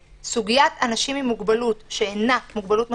סוגיית אנשים עם מוגבלות, שאינה מוגבלות משמעותית,